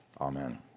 Amen